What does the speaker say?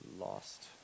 lost